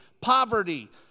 poverty